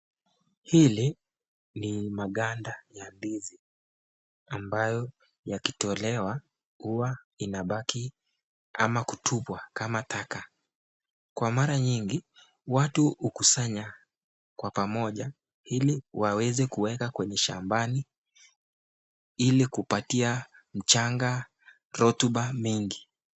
Hili ni maganda ya ndizi ambayo yakitolewa huwa inabaki ama kutupwa kama taka. Kwa mara nyingi watu hukusanya kwa pamoja ili waweze kuweka kwenye shambani ili kupatia mchanga rutuba mingi.